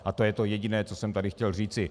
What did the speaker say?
A to je to jediné, co jsem tady chtěl říci.